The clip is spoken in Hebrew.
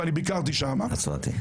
ואני ביקרתי שם -- הנצרתים.